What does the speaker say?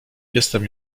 jestem